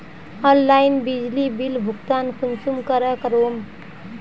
Online बिजली bill भुगतान कुंसम करे करूम?